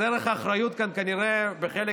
אז ערך האחריות כאן כנראה בחלק